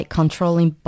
controlling